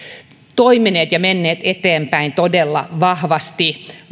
toimineet ja menneet eteenpäin todella vahvasti